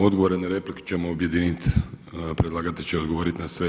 Odgovore na replike ćemo objedinit, predlagatelj će odgovoriti na sve.